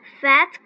fat